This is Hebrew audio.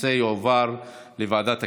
הנושא יועבר לוועדת הכספים.